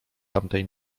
tamtej